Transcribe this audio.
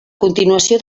continuació